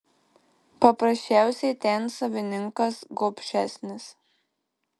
paprasčiausiai ten savininkas gobšesnis